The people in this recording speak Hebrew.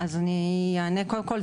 קודם כל,